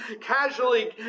casually